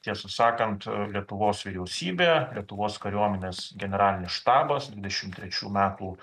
tiesą sakant lietuvos vyriausybė lietuvos kariuomenės generalinis štabas dvidešim trečių metų